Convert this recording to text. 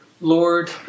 Lord